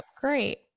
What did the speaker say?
great